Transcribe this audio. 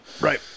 Right